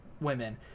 women